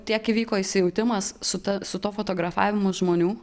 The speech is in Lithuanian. tiek įvyko įsijautimas su ta su tuo fotografavimu žmonių